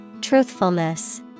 Truthfulness